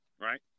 right